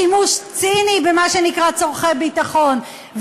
שימוש ציני במה שנקרא צורכי ביטחון.